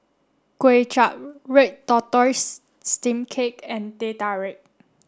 Kway Chap red tortoise steamed cake and Teh Tarik